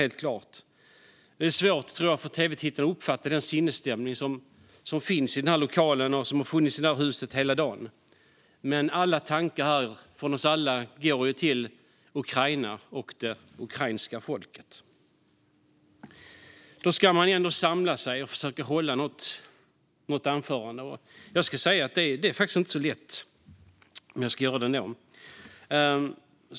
Jag tror att det är svårt för tv-tittarna att uppfatta den sinnesstämning som finns i den här lokalen och som har funnits i huset hela dagen, men alla tankar här, från oss alla, går till Ukraina och det ukrainska folket. Ändå ska man samla sig och försöka hålla något slags anförande. Jag ska säga att det faktiskt inte är så lätt, men jag ska göra det ändå.